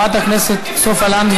אבל אני הייתי, חברת הכנסת סופה לנדבר,